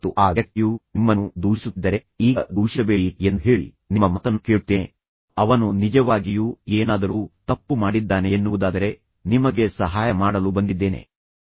ಮತ್ತು ಆ ವ್ಯಕ್ತಿಯು ನಿಮ್ಮನ್ನು ದೂಷಿಸುತ್ತಿದ್ದರೆ ಈಗ ದೂಷಿಸಬೇಡಿ ಎಂದು ಹೇಳಿ ಆದ್ದರಿಂದ ನಾನು ನಿಮ್ಮ ಮಾತನ್ನು ಕೇಳುತ್ತೇನೆ ಅವನು ನಿಜವಾಗಿಯೂ ಏನಾದರೂ ತಪ್ಪು ಮಾಡಿದ್ದಾನೆ ಎನ್ನುವುದಾದರೆ ನಾನು ನಿಮಗೆ ಸಹಾಯ ಮಾಡಲು ಬಂದಿದ್ದೇನೆ ಸರಿ ನನ್ನನ್ನು ನಂಬಿರಿ